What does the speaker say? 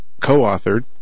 co-authored